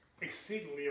exceedingly